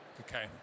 Okay